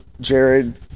Jared